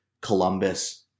Columbus